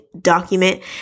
document